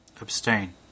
Abstain